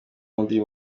bavuga